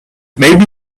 maybe